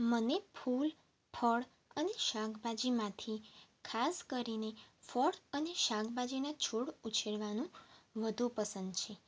મને ફૂલ ફળ અને શાકભાજીમાંથી ખાસ કરીને ફળ અને શાકભાજીના છોડ ઉછેરવાનું વધુ પસંદ છે